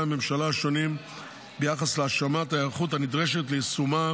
הממשלה השונים ביחס להשלמת ההיערכות הנדרשת ליישומה